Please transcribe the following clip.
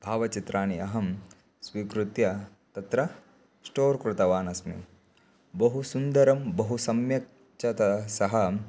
भावचित्राणि अहं स्वीकृत्य तत्र स्टोर् कृतवान् अस्मि बहु सुन्दरं बहु सम्यक् च त सः